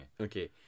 Okay